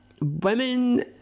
women